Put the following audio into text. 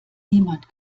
niemand